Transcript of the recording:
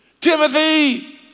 Timothy